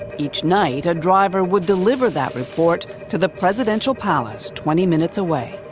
each night, a driver would deliver that report to the presidential palace, twenty minutes away.